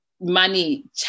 money